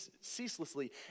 ceaselessly